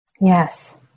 Yes